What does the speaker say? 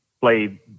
play